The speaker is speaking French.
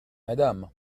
madame